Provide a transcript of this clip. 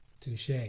touche